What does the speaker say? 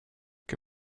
que